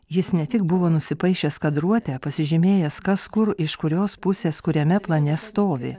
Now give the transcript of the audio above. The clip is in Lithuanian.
jis ne tik buvo nusipaišęs kadruotę pasižymėjęs kas kur iš kurios pusės kuriame plane stovi